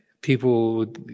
people